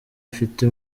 ifite